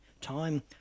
time